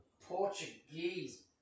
Portuguese